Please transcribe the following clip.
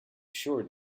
sure